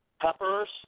Peppers